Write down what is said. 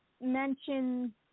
mention